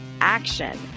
Action